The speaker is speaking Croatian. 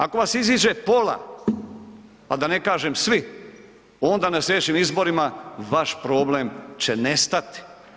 Ako vas iziđe pola, a da ne kažem svi onda na slijedećim izborima vaš problem će nestati.